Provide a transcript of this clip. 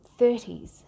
30s